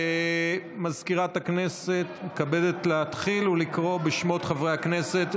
מזכירת הכנסת מתכבדת להתחיל לקרוא בשמות חברי הכנסת,